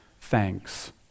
thanks